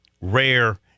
rare